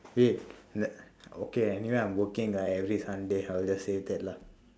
okay anyway i'm working ah every sunday I'll just save that lah